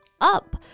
Up